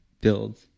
build